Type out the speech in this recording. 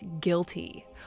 guilty